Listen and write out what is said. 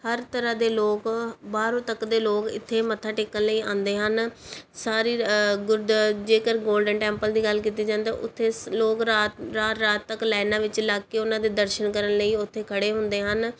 ਹਰ ਤਰ੍ਹਾਂ ਦੇ ਲੋਕ ਬਾਹਰੋਂ ਤੱਕ ਦੇ ਲੋਕ ਇੱਥੇ ਮੱਥਾ ਟੇਕਣ ਲਈ ਆਉਂਦੇ ਹਨ ਸਾਰੀ ਗੁਰਦ ਜੇਕਰ ਗੋਲਡਨ ਟੈਂਪਲ ਦੀ ਗੱਲ ਕੀਤੀ ਜਾਂਦੀ ਤਾਂ ਉੱਥੇ ਲੋਕ ਰਾਤ ਰਾਤ ਰਾਤ ਤੱਕ ਲਾਈਨਾਂ ਵਿੱਚ ਲੱਗ ਕੇ ਉਹਨਾਂ ਦੇ ਦਰਸ਼ਨ ਕਰਨ ਲਈ ਉੱਥੇ ਖੜ੍ਹੇ ਹੁੰਦੇ ਹਨ